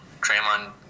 Draymond